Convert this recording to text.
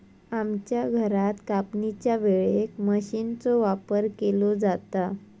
आमच्या घरात कापणीच्या वेळेक मशीनचो वापर केलो जाता